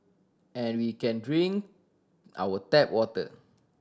and we can drink our tap water